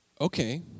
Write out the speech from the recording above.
okay